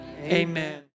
Amen